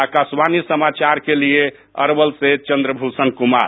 आकाशवाणी समाचार के लिए अरवल से चंद्र भूषण कुमार